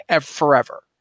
forever